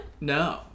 No